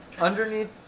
Underneath